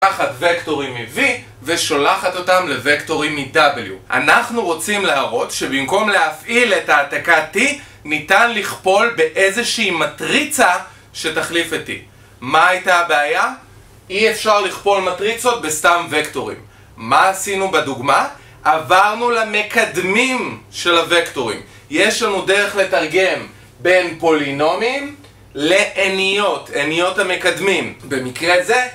שולחת וקטורים מ-V ושולחת אותם לוקטורים מ-W אנחנו רוצים להראות שבמקום להפעיל את ההעתקה T ניתן לכפול באיזושהי מטריצה שתחליף את T מה הייתה הבעיה? אי אפשר לכפול מטריצות בסתם וקטורים מה עשינו בדוגמה? עברנו למקדמים של הוקטורים יש לנו דרך לתרגם בין פולינומים לעניות, עניות המקדמים במקרה הזה...